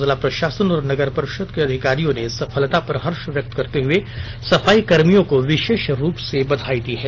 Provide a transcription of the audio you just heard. जिला प्रशासन और नगर परिषद के अँधिकारियों ने इस सफलता पर हर्ष व्यक्त करते हुए सफाईकर्मियों को विशेष रुप से बघाई दी है